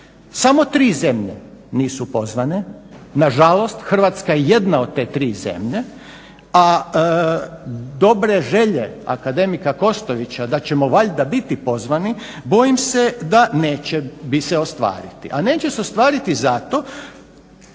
Samo 3 zemlje nisu pozvane, nažalost Hrvatska je jedna od te tri zemlje, a dobre želje akademika Kostovića da ćemo valjda biti pozvani bojim se da neće se ostvariti. A neće se ostvariti zato,